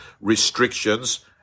restrictions